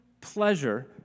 pleasure